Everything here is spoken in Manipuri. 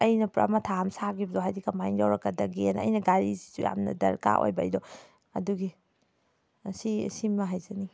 ꯑꯩꯅ ꯄꯨꯔꯥ ꯃꯊꯥ ꯑꯃ ꯁꯥꯈꯤꯕꯗꯣ ꯍꯥꯏꯗꯤ ꯀꯃꯥꯏꯅ ꯌꯧꯔꯛꯀꯗꯒꯦꯅ ꯑꯩꯅ ꯘꯥꯔꯤꯁꯤꯁꯨ ꯌꯥꯝꯅ ꯗꯔꯀꯥꯔ ꯑꯣꯏꯕ ꯑꯩꯗꯣ ꯑꯗꯨꯒꯤ ꯁꯤ ꯁꯤ ꯑꯃ ꯍꯥꯏꯖꯅꯤꯡꯉꯤ